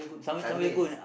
Sunway